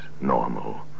normal